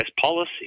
policy